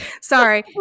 Sorry